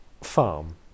farm